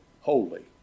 holy